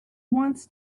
wants